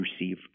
receive